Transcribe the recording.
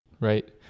Right